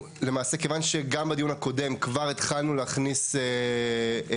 למעשה כיוון שגם בדיון הקודם כבר התחלנו להכניס ליתר